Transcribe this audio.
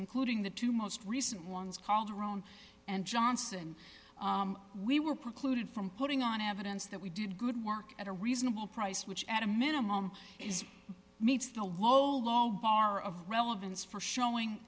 including the two most recent ones calderon and johnson we were precluded from putting on evidence that we did good work at a reasonable price which at a minimum is meets the lolol bar of relevance for showing